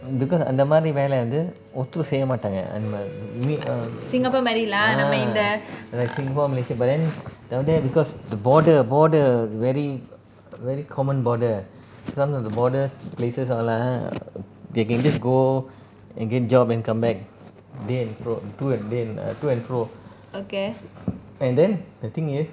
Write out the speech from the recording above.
mm because அந்த மாதிரி வேலை வந்து ஒருத்தரும் செய்ய மாட்டாங்க அந்த மாதிரி:antha mathiri velai vanthu oruthrum seiya maatanga antha maathiri ah like singapore malaysia but then down there because the border border very very common border some of the border places all ah they can just go and get job and come back there and fro to and the~ err to and fro and then the thing is